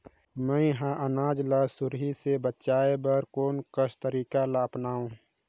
मैं ह अनाज ला सुरही से बचाये बर कोन कस तरीका ला अपनाव?